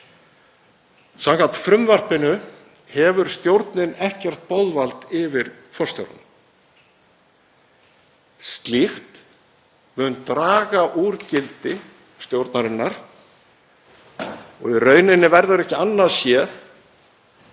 Samkvæmt frumvarpinu hefur stjórnin ekkert boðvald yfir forstjóranum. Slíkt mun draga úr gildi stjórnarinnar og í raun verður ekki annað séð